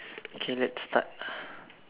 okay let's start